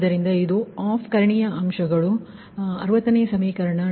ಆದ್ದರಿಂದ ಇದು ಆಫ್ ಕರ್ಣೀಯ ಅಂಶಗಳು ಇದು 60ನೇ ಸಮೀಕರಣ